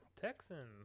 Texans